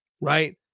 Right